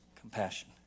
Compassion